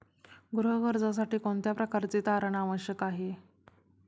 गृह कर्जासाठी कोणत्या प्रकारचे तारण आवश्यक आहे?